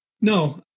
No